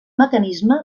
mecanisme